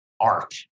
Art